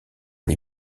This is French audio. les